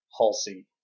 halsey